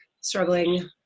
struggling